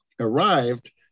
arrived